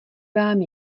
vám